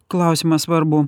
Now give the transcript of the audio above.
klausimą svarbų